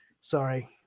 Sorry